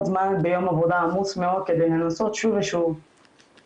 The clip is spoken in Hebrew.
זמן ביום עבודה עמוס מאוד כדי לנסות שוב ושוב לעלות,